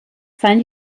fallen